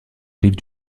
rives